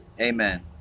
Amen